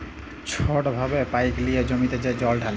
ছট ভাবে পাইপ লিঁয়ে জমিতে যে জল ঢালে